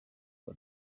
rwa